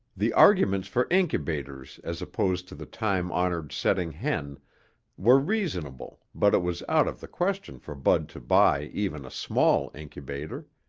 the arguments for incubators as opposed to the time-honored setting hen were reasonable but it was out of the question for bud to buy even a small incubator.